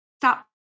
stop